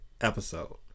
episode